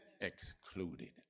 excluded